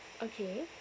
okay